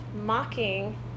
Mocking